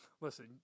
Listen